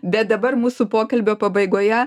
bet dabar mūsų pokalbio pabaigoje